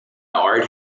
art